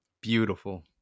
Beautiful